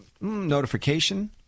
notification